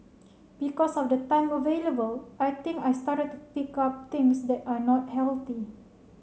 because of the time available I think I started to pick up things that are not healthy